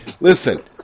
Listen